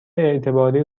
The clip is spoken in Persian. اعتباری